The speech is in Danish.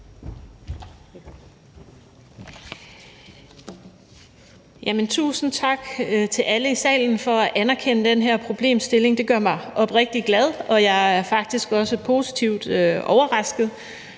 Tusind tak til alle i salen for at anerkende den her problemstilling. Det gør mig oprigtig glad, og jeg er faktisk også positivt overrasket.